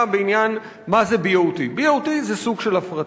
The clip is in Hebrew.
בעניין מה זה BOT. BOT זה סוג של הפרטה.